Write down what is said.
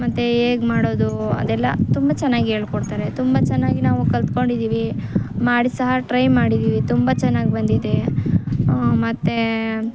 ಮತ್ತು ಹೇಗೆ ಮಾಡೋದು ಅದೆಲ್ಲ ತುಂಬ ಚೆನ್ನಾಗಿ ಹೇಳ್ಕೊಡ್ತಾರೆ ತುಂಬ ಚೆನ್ನಾಗಿ ನಾವು ಕಲಿತ್ಕೊಂಡಿದ್ದೀವಿ ಮಾಡಿ ಸಹ ಟ್ರೈ ಮಾಡಿದ್ದೀವಿ ತುಂಬ ಚೆನ್ನಾಗಿ ಬಂದಿದೆ ಮತ್ತು